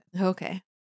Okay